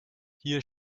hier